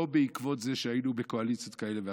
לא בעקבות זה שהיינו בקואליציות כאלה ואחרות.